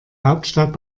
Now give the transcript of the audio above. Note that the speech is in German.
hauptstadt